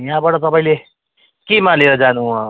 यहाँबाट तपाईँले केमा लिएर जानु